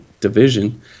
division